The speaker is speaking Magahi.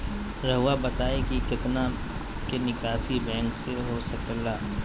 रहुआ बताइं कि कितना के निकासी बैंक से हो सके ला?